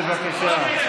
בבקשה.